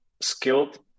skilled